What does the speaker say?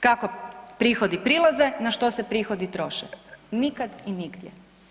Kako prihodi prilaze, na što se prihodi troše, nikad i nigdje.